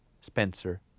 Spencer